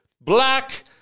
black